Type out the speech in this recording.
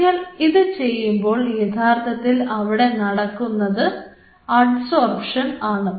നിങ്ങൾ ഇത് ചെയ്യുമ്പോൾ യഥാർത്ഥത്തിൽ അവിടെ നടക്കുന്നത് അഡ്സോർപ്ഷൻ ആണ്